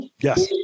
Yes